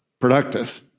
productive